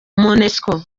monusco